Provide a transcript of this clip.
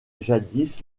jadis